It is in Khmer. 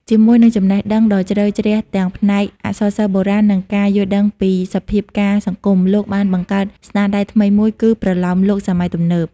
ជាមួយនឹងចំណេះដឹងដ៏ជ្រៅជ្រះទាំងផ្នែកអក្សរសិល្ប៍បុរាណ និងការយល់ដឹងពីសភាពការណ៍សង្គម លោកបានបង្កើតស្នាដៃថ្មីមួយគឺប្រលោមលោកសម័យទំនើប។